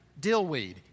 Dillweed